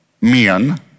men